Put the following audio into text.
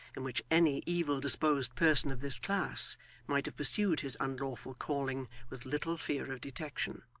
in which any evil-disposed person of this class might have pursued his unlawful calling with little fear of detection.